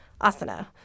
asana